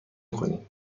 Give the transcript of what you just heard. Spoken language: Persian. کنیم